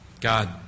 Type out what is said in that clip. God